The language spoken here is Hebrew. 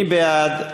מי בעד?